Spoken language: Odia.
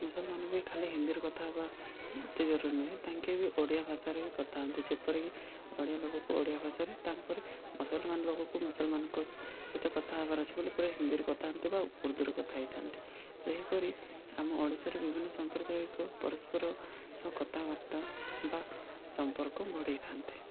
ମୁସଲମାନ୍ ବି ଖାଲି ହିନ୍ଦୀରେ କଥା ହବା ଏତେ ଜରୁରୀ ନୁହେଁ ତାଙ୍କେ ବି ଓଡ଼ିଆ ଭାଷାରେ ବି କଥା ହୁଅନ୍ତି ଯେପରିକି ଓଡ଼ିଆ ଲୋକକୁ ଓଡ଼ିଆ ଭାଷାରେ ତା'ପରେ ମୁସଲମାନ୍ ଲୋକକୁ ମୁସଲମାନ୍ଙ୍କ ସେତେ କଥା ହବାର ଅଛି ବୋଲି ପୁରା ହିନ୍ଦୀରେ କଥାନ୍ତି ବା ଉର୍ଦ୍ଦୁରେ କଥା ହେଇଥାନ୍ତି ସେହିପରି ଆମ ଓଡ଼ିଶାରେ ବିଭିନ୍ନ ସମ୍ପ୍ରଦାୟିକ ପରସ୍ପର ସହ କଥାବାର୍ତ୍ତା ବା ସମ୍ପର୍କ ବଢ଼େଇଥାନ୍ତି